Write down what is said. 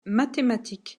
mathématique